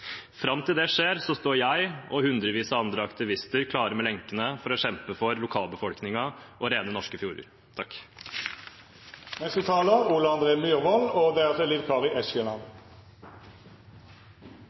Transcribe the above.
Fram til det skjer, står jeg og hundrevis av andre aktivister klare med lenkene for å kjempe for lokalbefolkningen og rene norske fjorder.